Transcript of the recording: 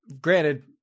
granted